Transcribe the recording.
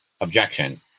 objection